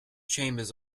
chambers